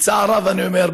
בצער רב אני אומר,